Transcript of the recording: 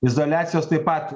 izoliacijos taip pat